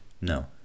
no